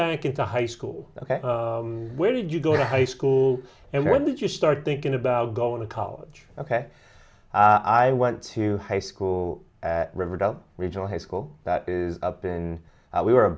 banking to high school ok where did you go to high school and when did you start thinking about going to college ok i went to high school at riverdale regional high school that is up in we were